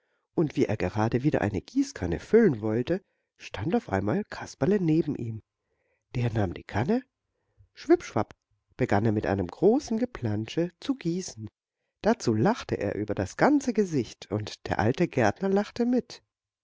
und wie er gerade wieder eine gießkanne füllen wollte stand auf einmal kasperle neben ihm der nahm die kanne schwipp schwapp begann er mit einem großen geplantsche zu gießen dazu lachte er über das ganze gesicht und der alte gärtner lachte mit